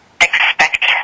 expect